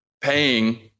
paying